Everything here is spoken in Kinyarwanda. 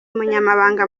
umunyamabanga